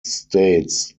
states